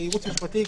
כייעוץ משפטי,